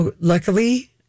Luckily